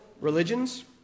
religions